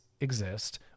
exist